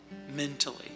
mentally